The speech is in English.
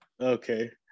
Okay